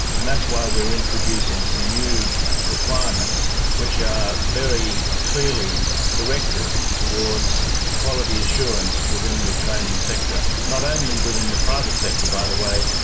and that's why we are introducing some new requirements which are very clearly directed towards quality assurance within the training sector, not only within the private sector, by the way,